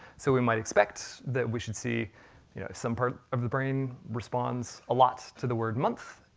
so we might expect that we should see you know some part of the brain responds a lot to the word month.